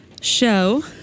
show